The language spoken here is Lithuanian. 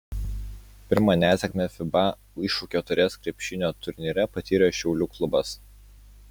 pirmą nesėkmę fiba iššūkio taurės krepšinio turnyre patyrė šiaulių klubas